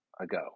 ago